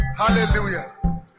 Hallelujah